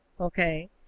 okay